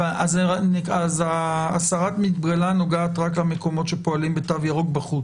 אז הסרת המגבלה נוגעת רק למקומות שפועלים בתו ירוק בחוץ.